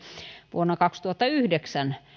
vuonna kaksituhattayhdeksän